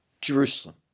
Jerusalem